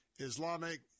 Islamic